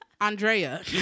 Andrea